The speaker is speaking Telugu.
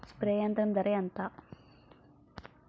స్ప్రే యంత్రం ధర ఏంతా?